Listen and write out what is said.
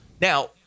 Now